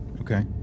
Okay